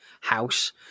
house